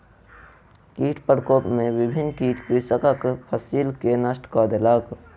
कीट प्रकोप में विभिन्न कीट कृषकक फसिल के नष्ट कय देलक